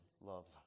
love